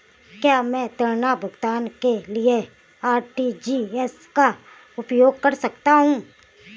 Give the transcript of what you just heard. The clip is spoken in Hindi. क्या मैं ऋण भुगतान के लिए आर.टी.जी.एस का उपयोग कर सकता हूँ?